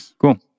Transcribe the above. Cool